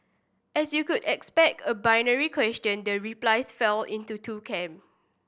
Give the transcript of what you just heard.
as you could expect a binary question the replies fell into two camp